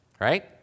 right